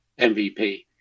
MVP